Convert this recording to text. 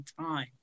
time